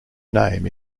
name